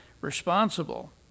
responsible